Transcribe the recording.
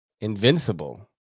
Invincible